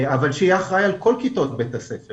אבל שיהיה אחראי על כל כיתות בית הספר